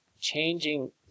changing